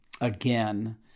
again